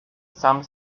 some